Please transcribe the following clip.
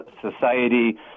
society